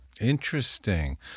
Interesting